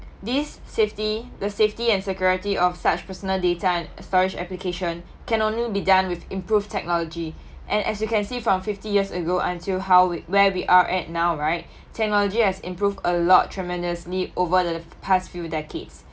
this safety the safety and security of such personal data and storage application can only be done with improved technology and as you can see from fifty years ago until how w~ where we are at now right technology has improved a lot tremendously over the past few decades